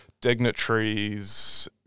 dignitaries